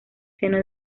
seno